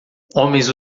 homens